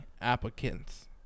applicants